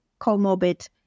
comorbid